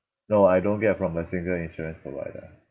no I don't get from a single insurance provider